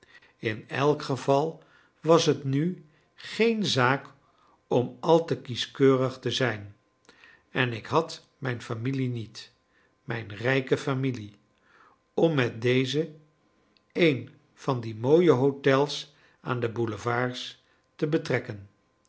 in elk geval was het nu geen zaak om al te kieskeurig te zijn en ik had mijn familie niet mijne rijke familie om met deze een van die mooie hotels aan de boulevards te betrekken